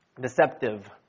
Deceptive